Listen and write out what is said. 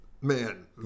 man